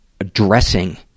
addressing